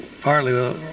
partly